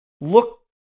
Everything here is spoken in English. look